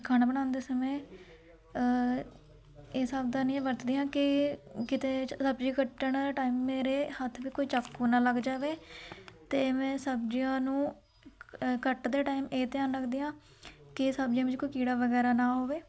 ਖਾਣਾ ਬਣਾਉਂਦੇ ਸਮੇਂ ਇਹ ਸਾਵਧਾਨੀਆਂ ਵਰਤਦੀ ਹਾਂ ਕਿ ਕਿਤੇ ਸਬਜ਼ੀ ਕੱਟਣ ਟਾਈਮ ਮੇਰੇ ਹੱਥ ਵਿੱਚ ਕੋਈ ਚਾਕੂ ਨਾ ਲੱਗ ਜਾਵੇ ਅਤੇ ਮੈਂ ਸਬਜ਼ੀਆਂ ਨੂੰ ਕੱਟਦੇ ਟਾਈਮ ਇਹ ਧਿਆਨ ਰੱਖਦੀ ਹਾਂ ਕਿ ਸਬਜ਼ੀਆਂ ਵਿੱਚ ਕੋਈ ਕੀੜਾ ਵਗੈਰਾ ਨਾ ਹੋਵੇ